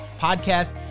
podcast